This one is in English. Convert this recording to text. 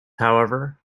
however